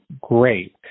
great